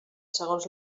segons